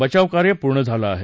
बचावकार्य पूर्ण झालं आहे